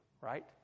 right